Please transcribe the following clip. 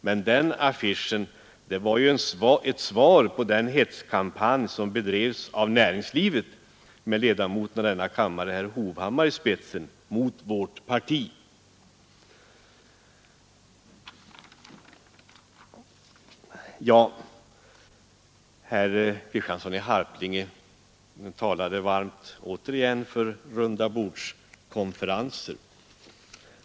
Den där annonsen var i alla fall ett svar på den hetskampanj som bedrevs av en organisation inom näringslivet, med ledamoten av denna kammare herr Hovhammar i spetsen, mot vårt parti. Herr Kristiansson i Harplinge talade åter varmt för en rundabordskonferens.